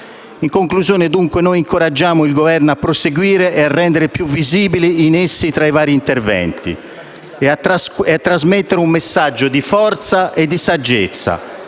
In conclusione, noi incoraggiamo il Governo a proseguire e a rendere più visibili i nessi tra i vari interventi e a trasmettere un messaggio di forza e di saggezza,